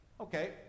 Okay